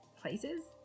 places